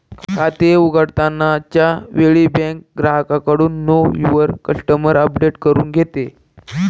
खाते उघडताना च्या वेळी बँक ग्राहकाकडून नो युवर कस्टमर अपडेट करून घेते